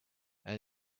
and